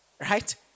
right